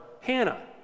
Hannah